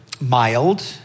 mild